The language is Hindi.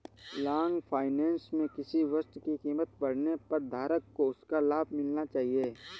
लॉन्ग फाइनेंस में किसी वस्तु की कीमत बढ़ने पर धारक को उसका लाभ मिलना चाहिए